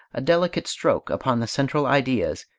a delicate stroke, upon the central ideas,